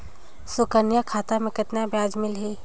सुकन्या खाता मे कतना ब्याज मिलही?